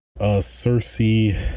Cersei